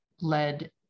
led